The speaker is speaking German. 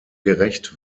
gerecht